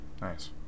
Nice